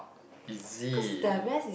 is it